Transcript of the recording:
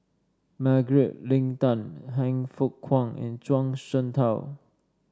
Margaret Leng Tan Han Fook Kwang and Zhuang Shengtao